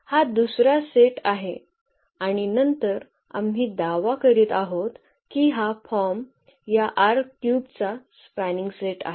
हा दुसरा सेट आहे आणि नंतर आम्ही दावा करीत आहोत की हा फॉर्म या चा स्पॅनिंग सेट आहे